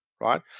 right